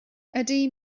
ydy